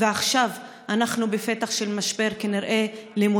ועכשיו אנחנו כנראה בפתח של משבר לימודי.